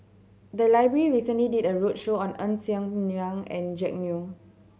the library recently did a roadshow on Ng Ser Miang and Jack Neo